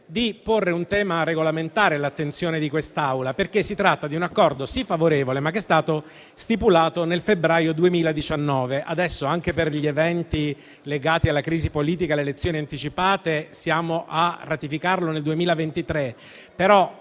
di porre un tema regolamentare all'attenzione di quest'Aula. Si tratta infatti di un Accordo favorevole, stipulato però nel febbraio 2019. Anche per gli eventi legati alla crisi politica e alle elezioni anticipate, siamo a ratificarlo nel 2023.